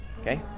okay